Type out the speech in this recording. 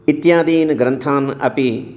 इत्यादी ग्रन्थान् अपि